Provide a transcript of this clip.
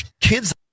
kids